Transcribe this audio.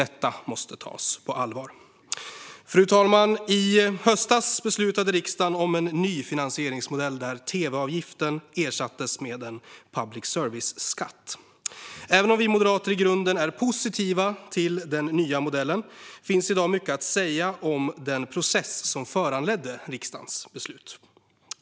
Detta måste tas på allvar. Fru talman! I höstas beslutade riksdagen om en ny finansieringsmodell, där tv-avgiften ersattes med en public service-skatt. Även om vi moderater i grunden är positiva till den nya modellen finns det i dag mycket att säga om den process som föranledde riksdagens beslut.